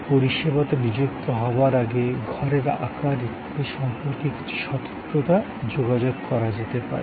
পরিষেবাতে নিযুক্ত হওয়ার আগে ঘরের আকার ইত্যাদি সম্পর্কে কিছু স্বতন্ত্রতা যোগাযোগ করা যেতে পারে